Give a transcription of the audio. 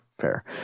Fair